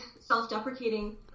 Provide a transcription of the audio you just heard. self-deprecating